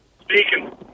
Speaking